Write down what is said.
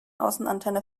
außenantenne